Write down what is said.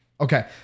Okay